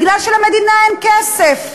בגלל שלמדינה אין כסף.